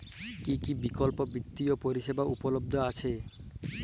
কী কী বিকল্প বিত্তীয় পরিষেবা উপলব্ধ আছে?